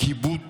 כיבוד